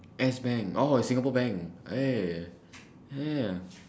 S bank oh singapore bank yeah yeah